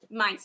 Mindset